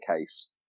case